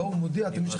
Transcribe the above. בו הוא מודיע "הילד לא